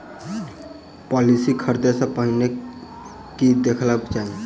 Policy खरीदै सँ पहिने की देखबाक चाहि?